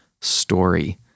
story